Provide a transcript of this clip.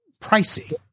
pricey